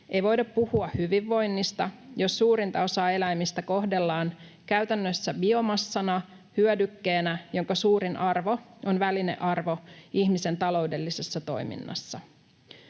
ei voida puhua hyvinvoinnista, jos suurinta osaa eläimistä kohdellaan käytännössä biomassana, hyödykkeenä, jonka suurin arvo on välinearvo ihmisen taloudellisessa toiminnassa.